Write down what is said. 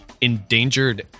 endangered